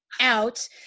out